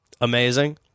Amazing